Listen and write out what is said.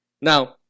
Now